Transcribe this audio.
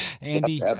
Andy